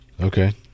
Okay